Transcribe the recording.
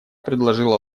предложила